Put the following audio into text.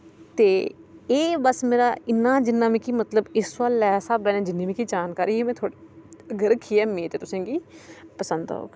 ते एह् बस मेरा इन्ना जिन्ना मिकी मतलव इस सोआले स्हाबे जिन्नी मिकी जानकारी ही में थोआड़े अग्गे रक्खी ऐ मिकी मेद ऐ तुसे पंसद औग